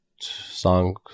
song